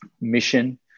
mission